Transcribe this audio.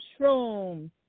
shrooms